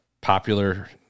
popular